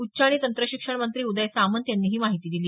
उच्च आणि तंत्र शिक्षण मंत्री उदय सामंत यांनी ही माहिती दिली